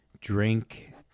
drink